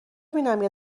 ببینم، یه